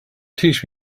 teach